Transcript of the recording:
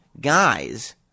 guys